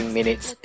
Minutes